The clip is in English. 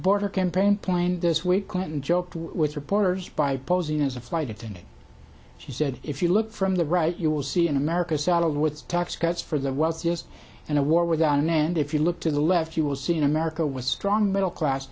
border campaign plane this week clinton joked with reporters by posing as a flight attendant she said if you look from the right you will see an america saddled with tax cuts for the wealthiest and a war without an end if you look to the left you will see an america with strong middle class